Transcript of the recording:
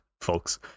folks